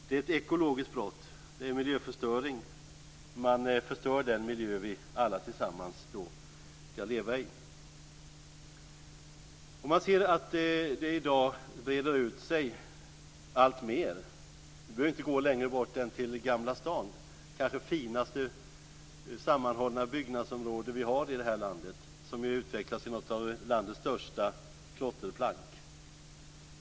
Det är ett ekologiskt brott. Det är miljöförstöring; man förstör den miljö vi alla tillsammans skall leva i. Man ser att det i dag breder ut sig alltmer. Vi behöver inte gå längre bort än till Gamla stan, det kanske finaste sammanhållna byggnadsområde vi har i det här landet, som har utvecklats till något av landets största klotterplank.